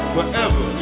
Forever